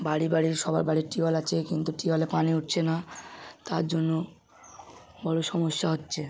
বাড়ি বাড়ি সবার বাড়ির টিউবওয়েল আছে কিন্তু টিউবওয়েলে পানি উঠছে না তার জন্য বড়ই সমস্যা হচ্ছে